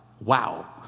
Wow